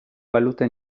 balute